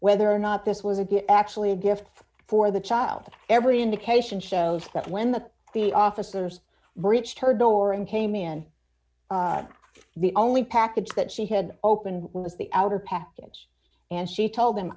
whether or not this was a good actually a gift for the child every indication shows that when the the officers breached her door and came in the only package that she had opened was the outer package and she told them